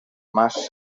mas